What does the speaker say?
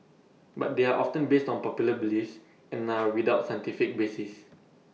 but they are often based on popular beliefs and are without scientific basis